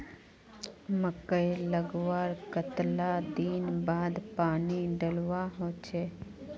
मकई लगवार कतला दिन बाद पानी डालुवा होचे?